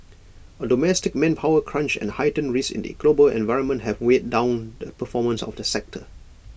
A domestic manpower crunch and heightened risks in the global environment have weighed down the performance of the sector